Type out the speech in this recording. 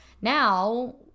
now